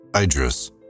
Idris